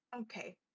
Okay